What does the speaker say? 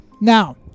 Now